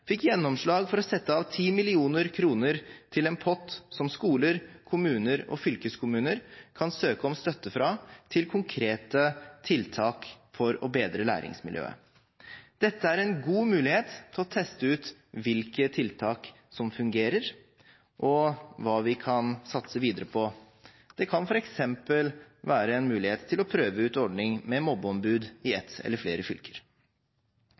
fikk gjennomslag for å sette av 10 mill. kr til en pott som skoler, kommuner og fylkeskommuner kan søke om støtte fra til konkrete tiltak for å bedre læringsmiljøet. Dette er en god mulighet til å teste ut hvilke tiltak som fungerer, og hva vi kan satse videre på. Det kan f.eks. være en mulighet til å prøve ut ordning med mobbeombud i ett eller flere fylker.